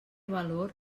valor